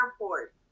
airport